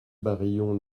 barillon